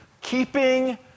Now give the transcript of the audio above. Keeping